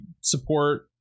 support